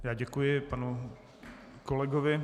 Já děkuji panu kolegovi.